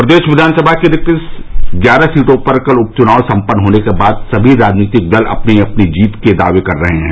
प्रदेश विधानसभा की रिक्त ग्यारह सीटों पर कल उप चुनाव सम्पन्न होने के बाद सभी राजनीतिक दल अपनी अपनी जीत के दावे कर रहे हैं